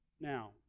Now